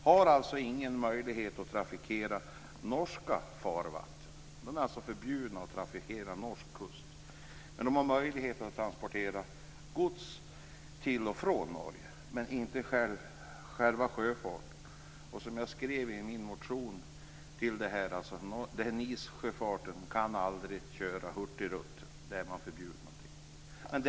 Man har ingen möjlighet att trafikera norska farvatten och är alltså förbjuden att trafikera norsk kust. Man har möjlighet att transportera gods till och från Norge men kan inte bedriva sjöfart där. Som jag skrev i min motion kan NIS-sjöfarten aldrig trafikera Hurtigrutten. Det är man förbjuden att göra.